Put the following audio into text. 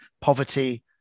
poverty